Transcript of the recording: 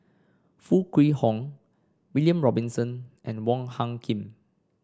Foo Kwee Horng William Robinson and Wong Hung Khim